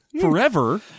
Forever